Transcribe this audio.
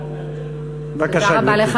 בבקשה, גברתי.